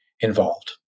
involved